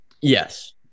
Yes